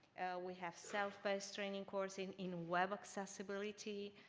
we have self-training courses in web accessibility.